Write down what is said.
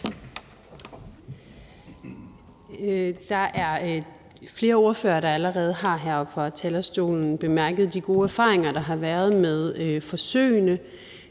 Der er flere ordførere, der allerede heroppe fra talerstolen har bemærket de gode erfaringer, der har været med forsøgene,